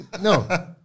No